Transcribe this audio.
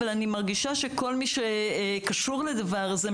אבל אני מרגישה שכל מי שקשור לדבר הזה,